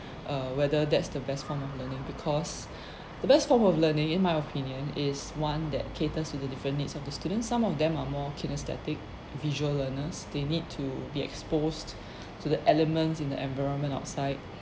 err whether that's the best form of learning because the best form of learning in my opinion is one that caters to the different needs of the students some of them are more kinesthetic visual learners they need to be exposed to the elements in the environment outside